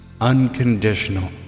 unconditional